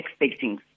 expecting